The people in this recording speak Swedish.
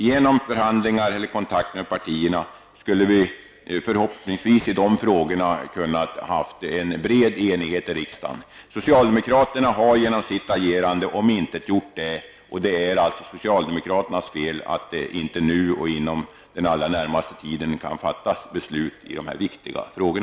Genom förhandlingar och kontakter med partierna skulle vi förhoppningsvis ha kunnat få en bred enighet i riksdagen i dessa frågor. Socialdemokraterna har genom sitt agerande omintetgjort detta. Det är alltså socialdemokraternas fel att vi inte nu inom den närmaste tiden kan fatta beslut i dessa viktiga frågor.